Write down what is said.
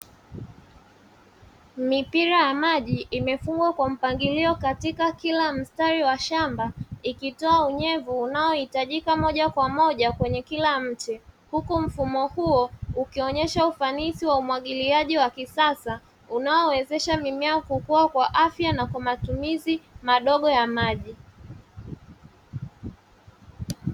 Mipira ya maji imefungwa kwa mpangilio katika kila mstari wa shamba ikitoa unyevu unaohitajika moja kwa moja kwenye kila mche, huku mfumo huo ukionyesha ufanisi wa umwagiliaji wa kisasa unaowezesha mimea kukuwa kwa afya na kwa matumizi madogo ya maji